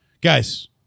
guys